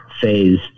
phase